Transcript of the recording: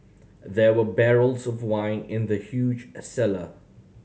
there were barrels of wine in the huge cellar